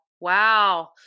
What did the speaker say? Wow